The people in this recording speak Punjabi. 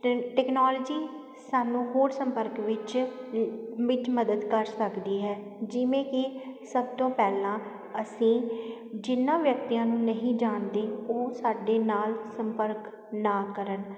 ਟੇ ਟੈਕਨੋਲੋਜੀ ਸਾਨੂੰ ਹੋਰ ਸੰਪਰਕ ਵਿੱਚ ਵਿੱਚ ਮਦਦ ਕਰ ਸਕਦੀ ਹੈ ਜਿਵੇਂ ਕਿ ਸਭ ਤੋਂ ਪਹਿਲਾਂ ਅਸੀਂ ਜਿਹਨਾਂ ਵਿਅਕਤੀਆਂ ਨੂੰ ਨਹੀਂ ਜਾਣਦੇ ਉਹ ਸਾਡੇ ਨਾਲ ਸੰਪਰਕ ਨਾ ਕਰਨ